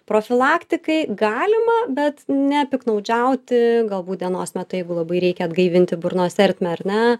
profilaktikai galima bet nepiktnaudžiauti galbūt dienos metu jeigu labai reikia atgaivinti burnos ertmę ar ne